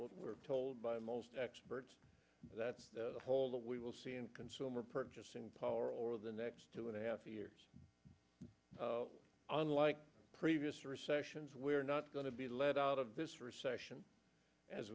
what we're told by most experts that's the whole the we will see in consumer purchasing power over the next two and a half years unlike previous recessions we're not going to be led out of this recession as